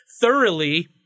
thoroughly